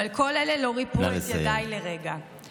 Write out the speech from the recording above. אבל כל אלה לא ריפו את ידיי לרגע." נא לסיים.